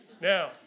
Now